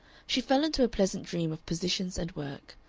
she fell into a pleasant dream of positions and work.